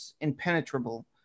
impenetrable